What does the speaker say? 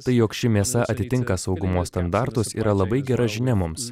tai jog ši mėsa atitinka saugumo standartus yra labai gera žinia mums